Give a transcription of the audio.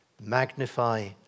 magnify